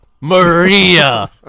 Maria